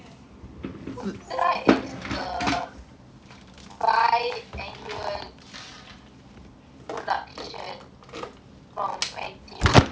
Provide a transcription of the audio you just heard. sudra is the biannual production from N_T_U it is like the biggest production